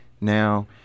now